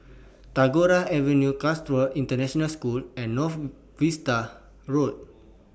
Tagore Avenue Chatsworth International School and North Vista Road